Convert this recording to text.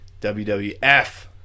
WWF